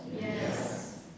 Yes